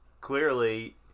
clearly